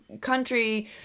country